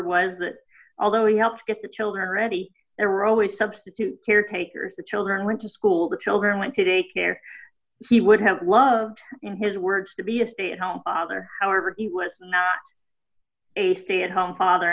was that although he helped get the children ready there were always substitute caretakers the children went to school the children went to daycare he would have loved his words to be a stay at home or however he was a stay at home father